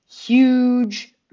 huge